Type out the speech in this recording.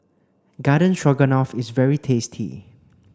Garden Stroganoff is very tasty